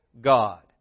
God